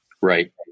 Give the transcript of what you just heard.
Right